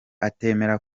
atemera